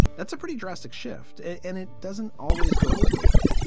that's a pretty drastic shift and it doesn't always go over well.